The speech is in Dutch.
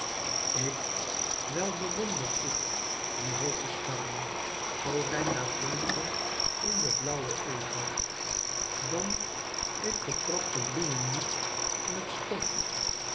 ik wel bewonder ik die hooge starren zoo rein daar flonkrend in den blauwen ether dan ik vertrap de bloemen niet in t stof